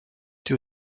die